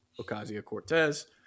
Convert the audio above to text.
Ocasio-Cortez